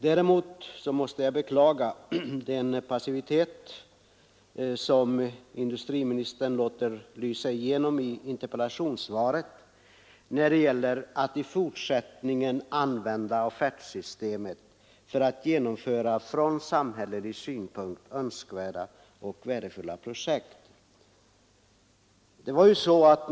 Däremot måste jag beklaga den passivitet som industriministern låter lysa igenom i interpellationssvaret när det gäller att i fortsättningen använda offertsystemet för att genomföra från samhällelig synpunkt önskvärda och värdefulla projekt.